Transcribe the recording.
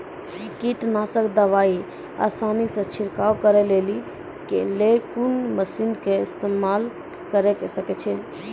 कीटनासक दवाई आसानीसॅ छिड़काव करै लेली लेल कून मसीनऽक इस्तेमाल के सकै छी?